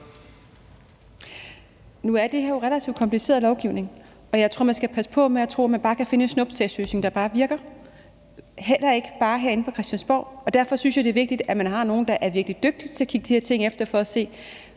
Nu er det her jo en relativt kompliceret lovgivning, og jeg tror, man skal passe på med at tro, at man bare kan finde en snuptagsløsning, der virker, også herinde på Christiansborg. Derfor synes jeg jo, det er vigtigt, at man har nogle, der er virkelig dygtige til at kigge de her ting efter, for at se,